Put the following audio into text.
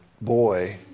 boy